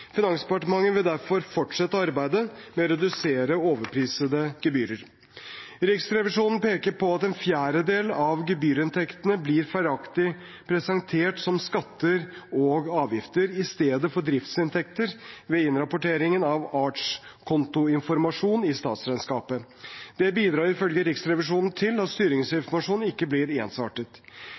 Finansdepartementet vil derfor fortsette arbeidet med å redusere overprisede gebyrer. Riksrevisjonen peker på at en fjerdedel av gebyrinntektene blir feilaktig presentert som skatter og avgifter i stedet for driftsinntekter ved innrapporteringen av artskontoinformasjon i statsregnskapet. Det bidrar ifølge Riksrevisjonen til at styringsinformasjon ikke blir